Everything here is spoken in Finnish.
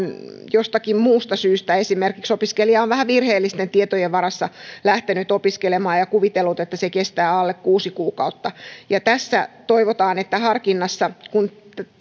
jostakin muusta syystä esimerkiksi opiskelija on vähän virheellisten tietojen varassa lähtenyt opiskelemaan ja ja kuvitellut että se kestää alle kuusi kuukautta ja tässä toivotaan että kun